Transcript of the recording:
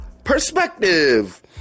perspective